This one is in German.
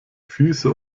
füße